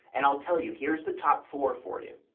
and i'll tell you, here's the top four for you.